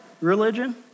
religion